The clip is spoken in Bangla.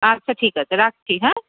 আচ্ছা ঠিক আছে রাখছি হ্যাঁ